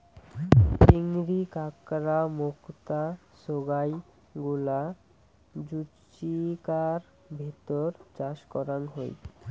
চিংড়ি, কাঁকড়া, মুক্তা সোগায় গুলা জুচিকার ভিতর চাষ করাং হই